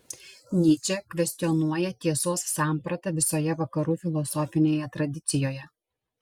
nyčė kvestionuoja tiesos sampratą visoje vakarų filosofinėje tradicijoje